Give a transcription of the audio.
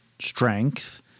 strength